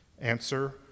Answer